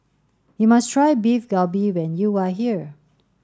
you must try Beef Galbi when you are here